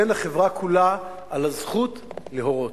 בחברה כולה, על הזכות להורות.